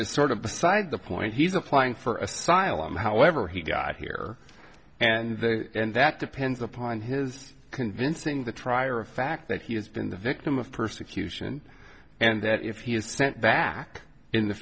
is sort of beside the point he's applying for asylum however he got here and there and that depends upon his convincing the trier of fact that he has been the victim of persecution and that if he is sent back in the